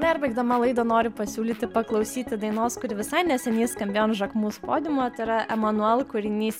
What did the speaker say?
perbėgdama laidą noriu pasiūlyti paklausyti dainos kuri visai neseniai skambėjo an žakmus podiumo tai yra emanuel kūrinys italams